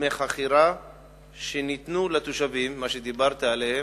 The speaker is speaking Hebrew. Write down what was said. בדמי חכירה שניתנו לתושבים, מה שדיברתי עליו.